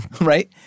Right